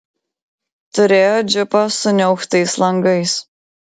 turėjo džipą su niauktais langais